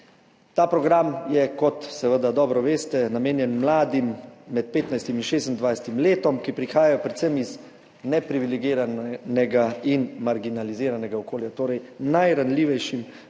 Ta program je, kot seveda dobro veste, namenjen mladim med 15. in 26. letom, ki prihajajo predvsem iz neprivilegiranega in marginaliziranega okolja, torej najranljivejšim